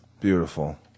Beautiful